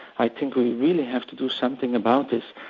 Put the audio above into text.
i think we'll really have to do something about this,